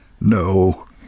No